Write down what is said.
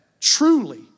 truly